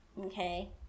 okay